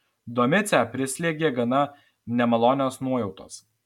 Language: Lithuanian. domicę prislėgė gana nemalonios nuojautos